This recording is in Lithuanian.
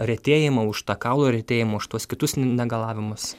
retėjimą už tą kaulų retėjimą už tuos kitus negalavimus